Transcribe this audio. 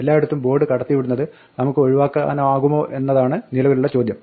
എല്ലായിടത്തും ബോർഡ് കടത്തിവിടുന്നത് നമുക്ക് ഒഴിവാക്കാനാകുമോ എന്നതാണ് നിലവിലുള്ള ചോദ്യം